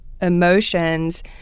emotions